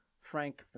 Frank